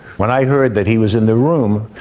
when i heard that he was in the room,